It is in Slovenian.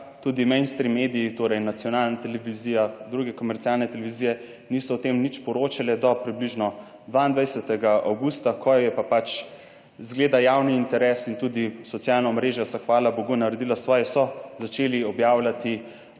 tudi mainstream mediji, torej nacionalna televizija, druge komercialne televizije niso o tem nič poročale do približno 22. avgusta, ko je pa pač zgleda javni interes in tudi socialna omrežja so hvala bogu naredila svoje, so začeli objavljati,